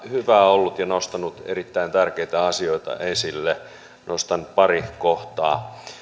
hyvä ja nostanut erittäin tärkeitä asioita esille nostan pari kohtaa